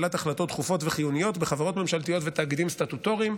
קבלת החלטות דחופות וחיוניות בחברות ממשלתיות ובתאגידים סטטוטוריים,